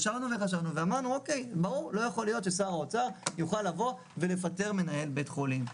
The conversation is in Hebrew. חשבנו ואמרנו שלא יכול להיות ששר האוצר יוכל לפטר מנהל בית חולים.